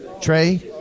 Trey